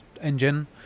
engine